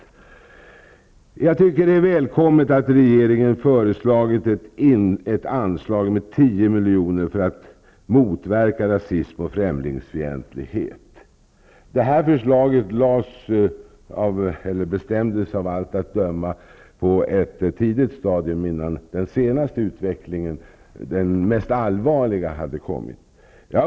Det är välkommet att regeringen föreslagit ett anslag på tio miljoner för att motverka rasism och främlingsfientlighet. Av allt att döma lades det här förslaget fram på ett tidigt stadium, före den senaste och allvarligaste utvecklingen.